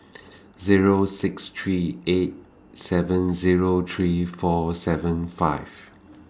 Zero six three eight seven Zero three four seven five